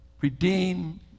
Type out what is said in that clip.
redeem